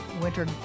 winter